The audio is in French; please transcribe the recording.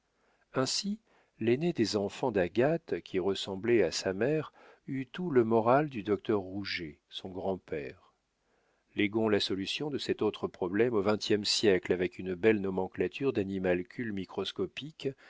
ainsi l'aîné des enfants d'agathe qui ressemblait à sa mère eut tout le moral du docteur rouget son grand-père léguons la solution de cet autre problème au vingtième siècle avec une belle nomenclature d'animalcules microscopiques